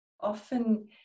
Often